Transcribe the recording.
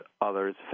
others